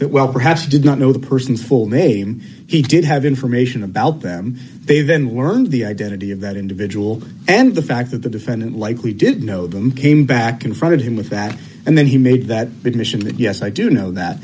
that well perhaps did not know the person's full name he did have information about them they then learned the identity of that individual and the fact that the defendant likely did know them came back confronted him with that and then he made that mission that yes i do know that